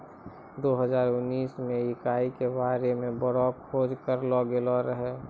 दो हजार उनैस मे इकाई के बारे मे बड़ो खोज करलो गेलो रहै